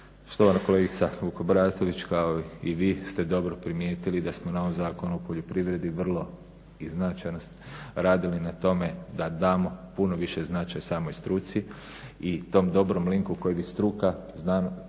Štovana kolegica Vukobratović kao i vi ste dobro primijetili da smo na ovom zakonu o poljoprivredi vrlo i značajno radili na tome da damo puno više značaj samoj struci i tom dobrom … koji bi struka i znanost,